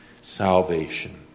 salvation